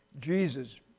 Jesus